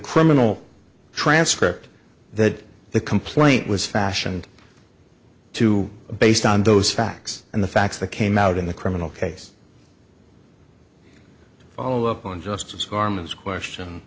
criminal transcript that the complaint was fashioned to based on those facts and the facts that came out in the criminal case all up on justice garments question